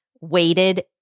weighted